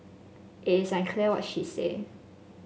it is unclear what she said